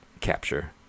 capture